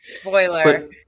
Spoiler